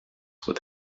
with